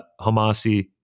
Hamasi